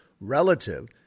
relative